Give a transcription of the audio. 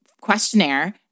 questionnaire